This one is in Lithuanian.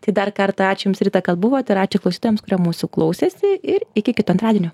tai dar kartą ačiū jums rita kad buvot ir ačiū klausytojams kurie mūsų klausėsi ir iki kito antradienio